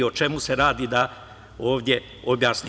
O čemu se radi, da ovde objasnim.